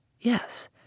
Yes